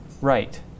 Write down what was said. Right